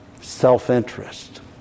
self-interest